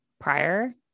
prior